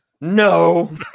No